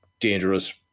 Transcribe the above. Dangerous